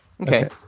okay